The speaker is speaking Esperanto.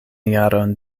jaron